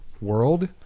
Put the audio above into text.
world